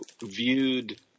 viewed